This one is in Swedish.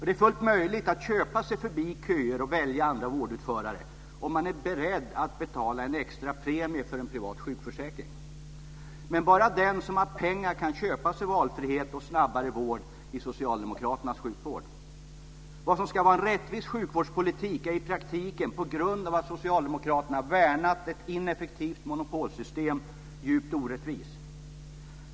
Det är fullt möjligt att köpa sig förbi köer och välja andra vårdutförare om man är beredd att betala en extra premie för en privat sjukförsäkring. Men bara den som har pengar kan köpa sig valfrihet och snabbare vård i socialdemokraternas sjukvård. Vad som ska vara en rättvis sjukvårdspolitik är i praktiken på grund av att socialdemokraterna värnat ett ineffektivt monopolsystem en djupt orättvis politik.